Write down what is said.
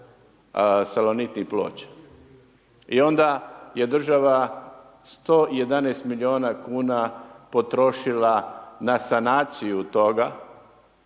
salonitnih ploča i onda je država 111 milijuna kuna potrošila na sanaciju toga.